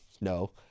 no